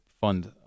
fund